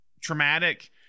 traumatic